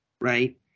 right